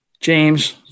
James